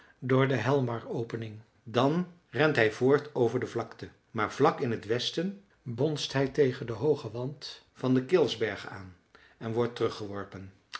door de hjälmaropening dan rent hij voort over de vlakte maar vlak in t westen bonst hij tegen den hoogen wand van den kilsberg aan en wordt